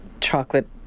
chocolate